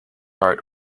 art